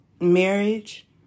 marriage